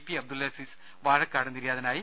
P Abdul Azeez Vazhakkad നിര്യാതനായി